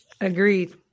agreed